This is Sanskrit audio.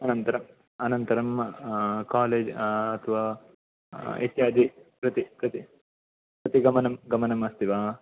अनन्तरम् अनन्तरं कालेज् अथवा इत्यादि प्रति प्रति प्रति गमनं गमनम् अस्ति वा